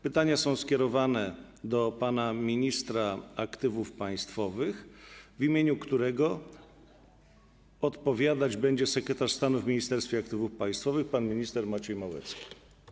Pytania są skierowane do pana ministra aktywów państwowych, w imieniu którego odpowiadać będzie sekretarz stanu w Ministerstwie Aktywów Państwowych pan minister Maciej Małecki.